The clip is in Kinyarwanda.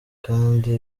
kandi